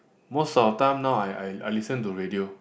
most of time now I I I listen to radio